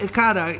cara